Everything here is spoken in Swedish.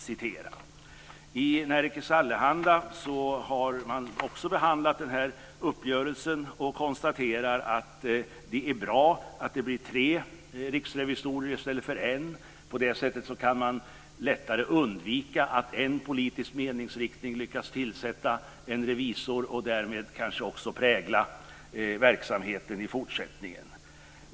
I Nerikes Allehanda har man också behandlat den här uppgörelsen och konstaterar att det är bra att det blir tre riksrevisorer i stället för en. På det sättet kan man lättare undvika att en politisk meningsriktning lyckas tillsätta en revisor och därmed kanske också prägla verksamheten i fortsättningen.